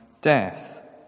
death